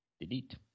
delete